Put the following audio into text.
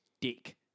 dick